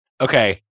Okay